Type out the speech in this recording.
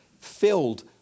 filled